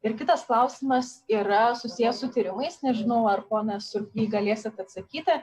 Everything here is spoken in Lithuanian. ir kitas klausimas yra susijęs su tyrimais nežinau ar pone surply galėsit atsakyti